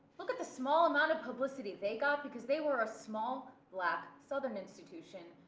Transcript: look at the small amount of publicity they got because they were a small black southern institution.